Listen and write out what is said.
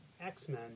X-Men